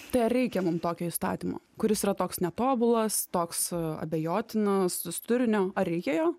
tai ar reikia mum tokio įstatymo kuris yra toks netobulas toks abejotinus turinio ar reikia jo